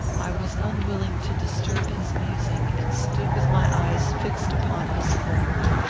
i was unwilling to disturb his musing, and stood with my eyes fixed upon his form.